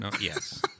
Yes